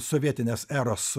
sovietinės eros